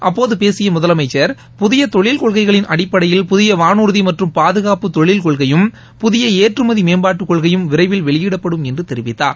அப்போது பேசிய முதலமைச்சர் புதிய தொழில் கொள்கைகளின் அடிப்படையில் புதிய வானூர்தி மற்றும் பாதுகாப்பு தொழில் கொள்கையும் புதிய ஏற்றுமதி மேம்பாட்டுக்கொள்கையும் விரைவில் வெளியிடப்படும் என்று தெரிவித்தார்